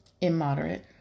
Immoderate